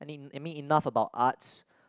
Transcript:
I mean I mean enough about arts